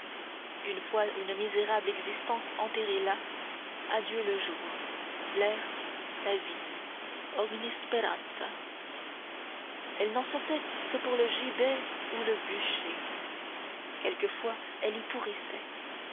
une fois une misérable existence enterrée là adieu le jour l'air la vie ogni speranza elle n'en sortait que pour le gibet ou le bûcher quelquefois elle y pourrissait